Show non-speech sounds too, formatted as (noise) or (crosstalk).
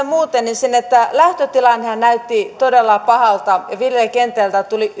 (unintelligible) muuten lähtötilannehan näytti todella pahalta viljelijäkentältä tuli